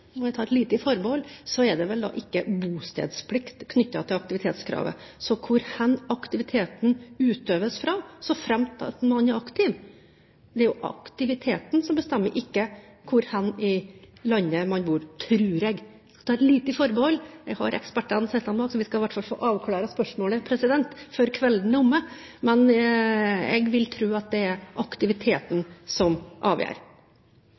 jeg vet – jeg må ta et lite forbehold – er det ikke bostedsplikt knyttet til aktivitetskravet. Så hvor aktiviteten utøves, så fremt noen er aktiv – det er aktiviteten som bestemmer, ikke hvor i landet man bor, tror jeg. Jeg må ta et lite forbehold. Jeg har ekspertene sittende bak her, så vi skal i hvert fall få avklart spørsmålet før kvelden er omme. Men jeg vil tro at det er aktiviteten som avgjør.